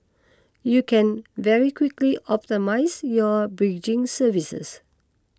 you can very quickly optimise your bridging services